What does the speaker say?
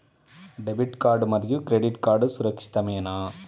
Debit card మరియు credit card సురక్షితమేనా?